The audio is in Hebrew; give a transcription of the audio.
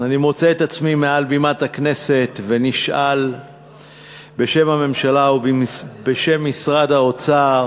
אני מוצא את עצמי על בימת הכנסת בשם הממשלה ובשם משרד האוצר